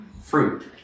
fruit